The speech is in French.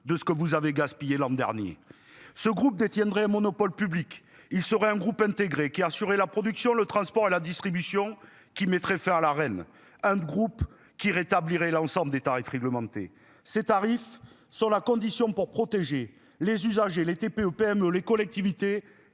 de ce que vous avez gaspillé l'an dernier. Ce groupe détiendrait un monopole public. Il serait un groupe intégré qui assuré la production, le transport et la distribution qui mettrait fin à la reine. Un groupe qui rétablirait l'ensemble des tarifs réglementés. Ces tarifs, sur la condition pour protéger les usagers les TPE-PME les collectivités